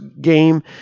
game